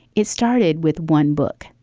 it started with one book.